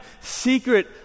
secret